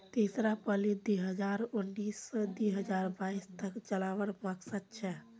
तीसरा पालीत दी हजार उन्नीस से दी हजार बाईस तक चलावार मकसद छे